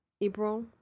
April